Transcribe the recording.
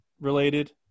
related